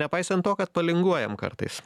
nepaisant to kad palinguojam kartais